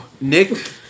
Nick